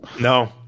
no